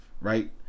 right